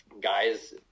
guys